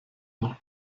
noch